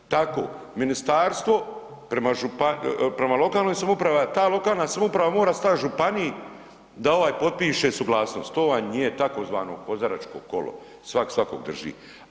Tako ministarstvo prema lokalnoj samoupravi, a ta lokalna samouprava mora stati županiji da ovaj potpiše suglasnost, to vam je tzv. Kozaračko kolo, svak svakog drži.